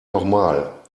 nochmal